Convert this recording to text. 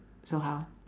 so how